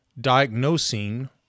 diagnosing